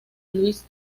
luis